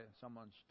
someone's